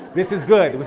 this is good.